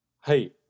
hey